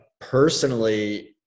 personally